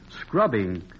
scrubbing